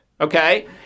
Okay